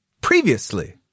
previously